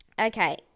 Okay